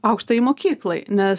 aukštajai mokyklai nes